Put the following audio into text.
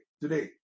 Today